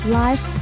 life